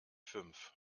fünf